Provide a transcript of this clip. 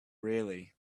really